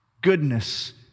Goodness